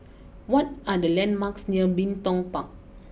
what are the landmarks near Bin Tong Park